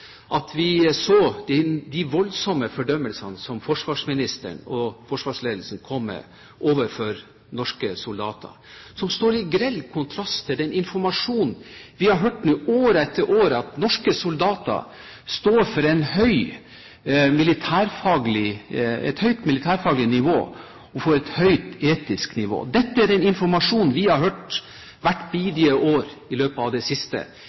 de voldsomme fordømmelsene som forsvarsministeren og forsvarsledelsen kom med overfor norske soldater, og som står i grell kontrast til den informasjonen vi har hørt år etter år, nemlig at norske soldater står for et høyt militærfaglig og etisk nivå. Dette er den informasjonen vi har hørt hvert bidige år. Det er en informasjon det